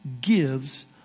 gives